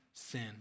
sin